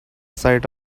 sight